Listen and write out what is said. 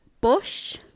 bush